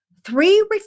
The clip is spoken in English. three